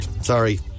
sorry